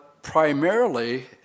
Primarily